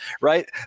Right